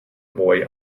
boy